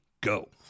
go